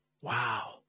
Wow